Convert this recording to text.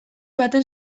baten